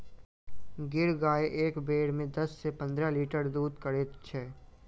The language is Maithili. गिर गाय एक बेर मे दस सॅ पंद्रह लीटर दूध करैत छै